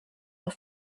are